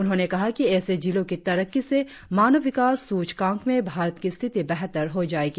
उन्होंने कहा कि ऎसे जिलों की तरक्की से मानव विकास सूचकांक में भारत की स्थिति बेहतर हो जाएगी